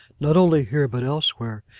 not only here but elsewhere,